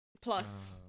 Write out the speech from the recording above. Plus